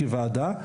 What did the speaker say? כוועדה.